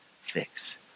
fix